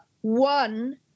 one